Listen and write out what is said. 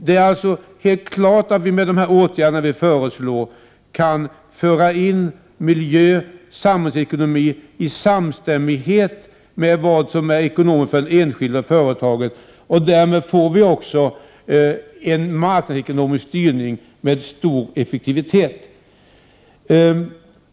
Det är alltså helt klart att man med dessa förslag till åtgärder kan få samstämmighet i fråga om miljön och samhällsekonomin när det gäller vad som är ekonomiskt för det enskilda företaget. Därmed får man en marknadsekonomisk styrning med stor effektivitet.